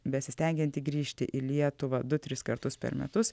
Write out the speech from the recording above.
besistengianti grįžti į lietuvą du tris kartus per metus